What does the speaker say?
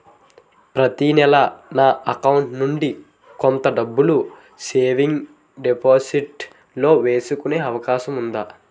ప్రతి నెల నా అకౌంట్ నుండి కొంత డబ్బులు సేవింగ్స్ డెపోసిట్ లో వేసుకునే అవకాశం ఉందా?